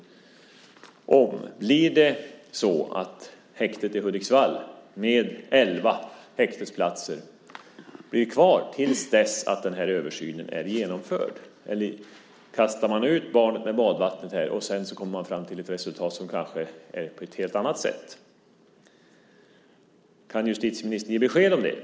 Blir det så att häktet i Hudiksvall med elva häktesplatser blir kvar till dess att den här översynen är genomförd, eller kastar man ut barnet med badvattnet för att sedan komma fram till ett resultat som ser ut på ett helt annat sätt? Kan justitieministern ge besked om det?